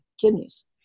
kidneys